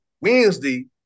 Wednesday